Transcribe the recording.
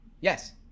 yes